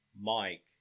Mike